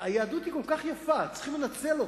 היהדות היא כל כך יפה, צריכים לנצל אותה,